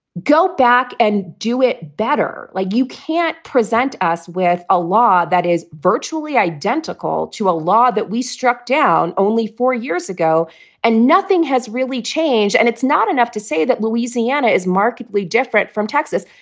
go back and do it better. like you can't present us with a law that is virtually identical to a law that we struck down only four years ago and nothing has really changed. and it's not enough to say that louisiana is markedly different from texas.